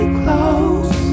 close